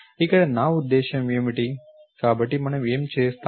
ఇక్కడ నా ఉద్దేశ్యం ఏమిటి కాబట్టి మనం ఏమి చేసాము